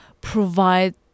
provide